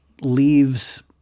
leaves